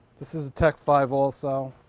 this is a tek five also.